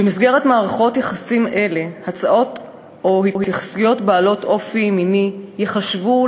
במסגרת מערכות יחסים אלו הצעות או התייחסויות בעלות אופי מיני ייחשבו